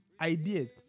ideas